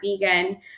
vegan